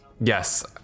Yes